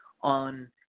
on